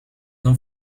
não